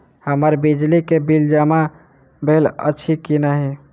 हम्मर बिजली कऽ बिल जमा भेल अछि की नहि?